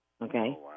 Okay